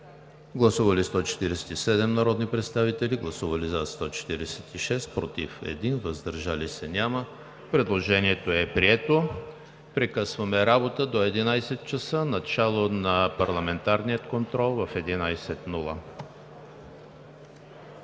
Гласували 147 народни представители: за 146, против 1, въздържали се няма. Предложението е прието. Прекъсваме работа до 11,00 ч. Начало на парламентарния контрол в 11,00